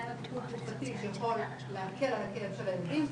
אין לה טיפול תרופתי שיכול להקל על הכאב של הילדים,